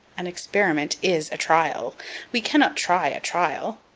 an experiment is a trial we cannot try a trial.